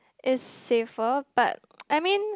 is safer but I mean